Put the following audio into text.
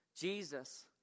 Jesus